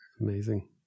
amazing